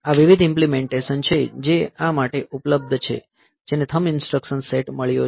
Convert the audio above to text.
આ વિવિધ ઇમ્પ્લીમેન્ટેશન છે જે આ માટે ઉપલબ્ધ છે જેને થંબ ઇન્સટ્રકશન સેટ મળ્યો છે